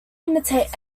imitate